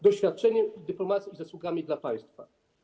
doświadczeniem, dyplomacją i zasługami dla państwa.